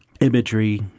imagery